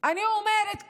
אני אומרת כאן,